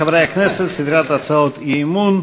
חברי הכנסת, סדרת הצעות אי-אמון.